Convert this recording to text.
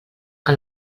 que